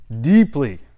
deeply